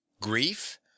Grief